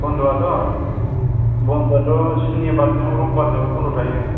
बन्द'आथ' बन्द'आथ' सुनिबारजों रबिबारजोंल' बन्द' थायो